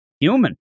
human